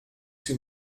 ces